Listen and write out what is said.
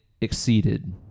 exceeded